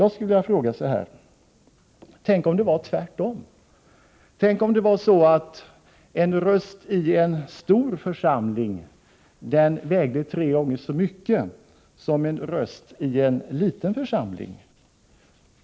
Jag vill ställa en fråga till Bengt Kindbom: Tänk om det var tvärtom, att en röst i en stor församling vägde tre gånger så mycket som en röst i en liten församling!